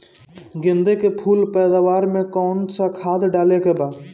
गेदे के फूल पैदवार मे काउन् सा खाद डाले के बा?